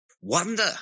wonder